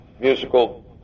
musical